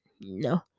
No